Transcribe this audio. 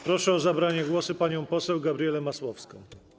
Proszę o zabranie głosu panią poseł Gabrielę Masłowską.